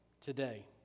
today